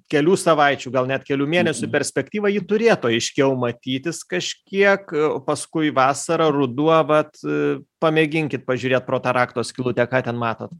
kelių savaičių gal net kelių mėnesių perspektyva ji turėtų aiškiau matytis kažkiek paskui vasara ruduo vat pamėginkit pažiūrėt pro tą rakto skylutę ką ten matot